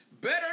better